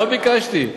לא ביקשתי.